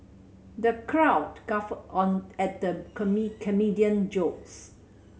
the crowd guffawed on at the comedian jokes